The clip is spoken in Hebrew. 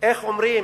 איך אומרים,